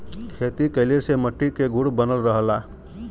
खेती कइले से मट्टी के गुण बनल रहला